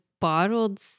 bottled